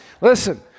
Listen